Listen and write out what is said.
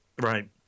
right